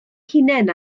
hunain